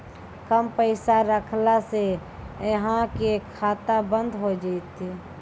कम पैसा रखला से अहाँ के खाता बंद हो जैतै?